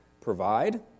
provide